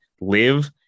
live